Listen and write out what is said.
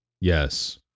Yes